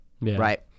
right